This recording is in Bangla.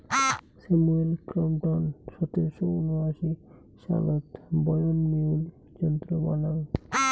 স্যামুয়েল ক্রম্পটন সতেরশো উনআশি সালত বয়ন মিউল যন্ত্র বানাং